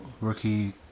rookie